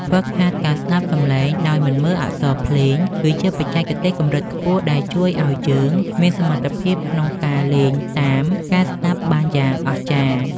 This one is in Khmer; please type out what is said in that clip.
ហ្វឹកហាត់ការស្ដាប់សម្លេងដោយមិនមើលអក្សរភ្លេងគឺជាបច្ចេកទេសកម្រិតខ្ពស់ដែលជួយឱ្យយើងមានសមត្ថភាពក្នុងការលេងតាមការស្ដាប់បានយ៉ាងអស្ចារ្យ។